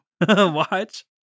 watch